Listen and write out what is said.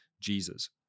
Jesus